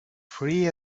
free